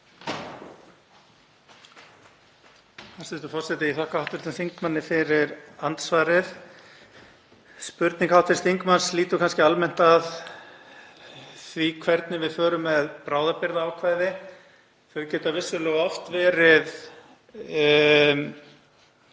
Hæstv. forseti. Ég þakka hv. þingmanni fyrir andsvarið. Spurning hv. þingmanns lýtur kannski almennt að því hvernig við förum með bráðabirgðaákvæði. Þau geta vissulega oft verið